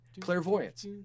clairvoyance